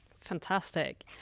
Fantastic